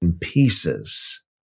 pieces